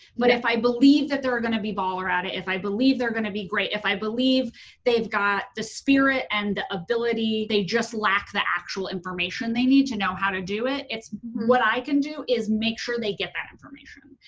but if i believe that they're gonna be baller at it, if i believe they're gonna be great, if i believe they've got the spirit and the ability they just lack the actual information they need to know how to do it it's, what i can do is make sure they get that information.